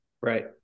Right